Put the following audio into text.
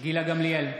גילה גמליאל,